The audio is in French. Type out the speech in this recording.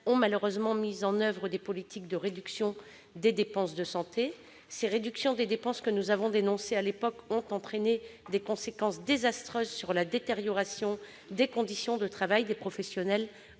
ont malheureusement mis en oeuvre des politiques de réduction des dépenses de santé. Ces réductions, que nous avons dénoncées à l'époque, ont eu des conséquences désastreuses sur les conditions de travail des professionnels